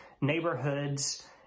neighborhoods